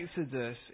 Exodus